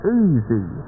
easy